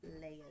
layers